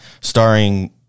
Starring